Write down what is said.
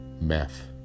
meth